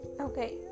Okay